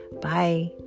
Bye